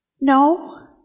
No